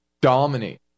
dominate